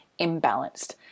imbalanced